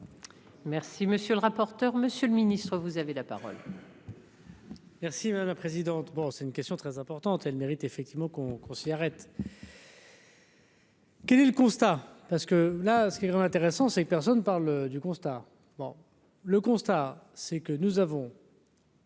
Merci, monsieur le rapporteur, monsieur le ministre, vous avez la parole. Merci madame la présidente, bon c'est une question très importante, elle mérite effectivement qu'on qu'on s'y arrête. Quel est le constat parce que là, ce qui est vraiment intéressant, c'est que personne ne parle du constat, bon, le constat c'est que nous avons.